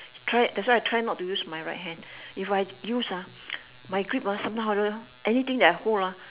try that's why I try not to use my right hand if I use ah my grip ah somehow or whatever anything that I hold ah